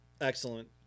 Excellent